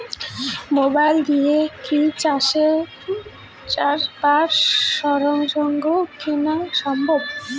Mobile দিয়া কি চাষবাসের সরঞ্জাম কিনা সম্ভব?